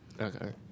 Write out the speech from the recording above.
Okay